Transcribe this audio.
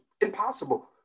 impossible